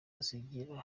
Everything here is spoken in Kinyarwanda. zigira